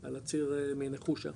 על הציר מנחושה,